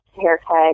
haircut